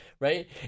right